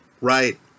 right